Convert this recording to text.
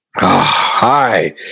hi